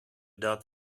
dat